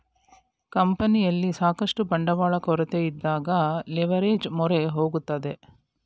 ಕಂಪನಿಯಲ್ಲಿ ಸಾಕಷ್ಟು ಬಂಡವಾಳ ಕೊರತೆಯಿದ್ದಾಗ ಲಿವರ್ಏಜ್ ಮೊರೆ ಹೋಗುತ್ತದೆ